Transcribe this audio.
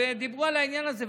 ודיברו על העניין הזה.